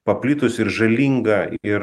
paplitusi ir žalinga ir